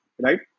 right